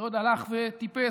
ועוד הלך וטיפס,